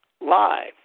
Live